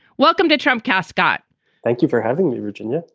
welcome to trump cast, scott thank you for having me, virginia.